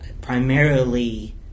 primarily